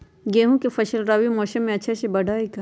गेंहू के फ़सल रबी मौसम में अच्छे से बढ़ हई का?